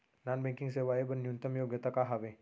Non banking सेवाएं बर न्यूनतम योग्यता का हावे?